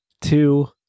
Two